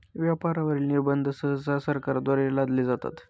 व्यापारावरील निर्बंध सहसा सरकारद्वारे लादले जातात